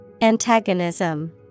Antagonism